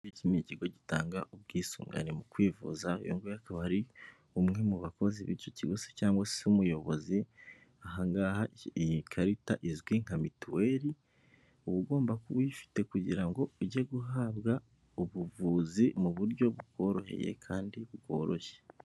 Iki ni ikigo gitanga ubwisungane mu kwivuza, uyu nguyu akaba umwe mu bakozi b'icyo kiguzi cyangwa se umuyobozi, ahangaha iyi karita izwi nka mituweli uba ugomba kuba uyifite kugira ngo ujye guhabwa ubuvuzi mu buryo bworoheye kandi bworoshye.